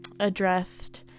Addressed